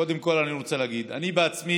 קודם כול אני רוצה להגיד: אני בעצמי